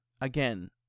again